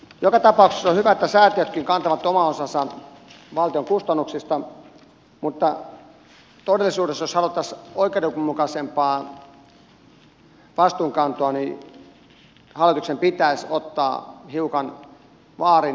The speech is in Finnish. joka tapauksessa on hyvä että säätiötkin kantavat oman osansa valtion kustannuksista mutta todellisuudessa jos haluttaisiin oikeudenmukaisempaa vastuunkantoa niin hallituksen pitäisi ottaa hiukan vaarin perussuomalaisten vaihtoehtobudjetista